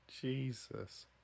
Jesus